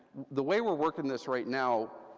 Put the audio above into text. the way we're working this right now,